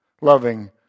Loving